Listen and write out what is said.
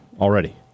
already